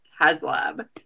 HasLab